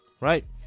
right